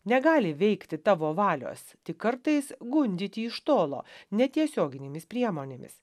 negali veikti tavo valios tik kartais gundyti iš tolo netiesioginėmis priemonėmis